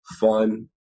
fun